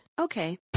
Okay